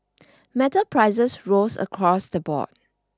metal prices rose across the board